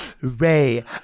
Ray